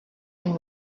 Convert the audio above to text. and